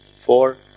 four